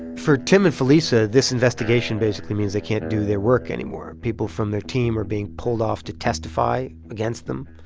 for tim and felisa, this investigation basically means they can't do their work anymore. people from their team are being pulled off to testify against them.